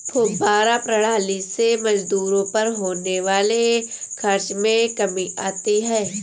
फौव्वारा प्रणाली से मजदूरों पर होने वाले खर्च में कमी आती है